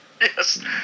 Yes